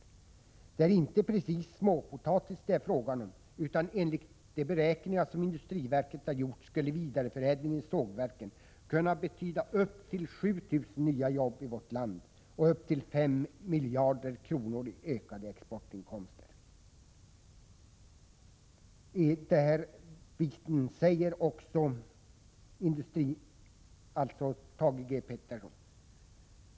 Det är inte precis småpotatis det är fråga om, utan enligt de beräkningar som industriverket har gjort skulle vidareförädlingen i sågverken kunna betyda upp till 7 000 nya jobb i vårt land och upp till 5 miljarder kronor i ökade exportinkomster.